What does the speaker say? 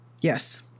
Yes